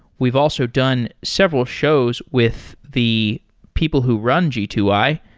we've also done several shows with the people who run g two i,